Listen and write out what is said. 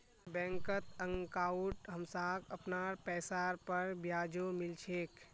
बैंकत अंकाउट हमसाक अपनार पैसार पर ब्याजो मिल छेक